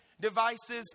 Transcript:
devices